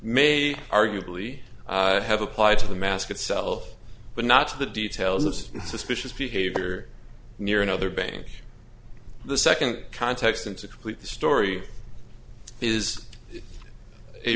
may arguably have applied to the mask itself but not to the details of suspicious behavior near another bank the second context and to complete the story is a